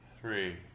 three